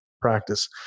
practice